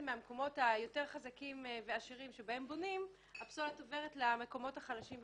מהמקומות היותר חזקים והעשירים שבהם בונים זה עובר למקומות החלשים,